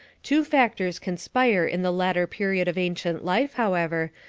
two factors conspire in the later period of ancient life, however,